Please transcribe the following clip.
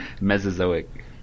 Mesozoic